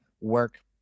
work